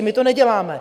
My to neděláme.